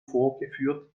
vorgeführt